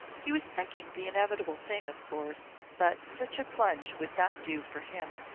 he was thinking the inevitable thing, of course but such a plunge would not do for him.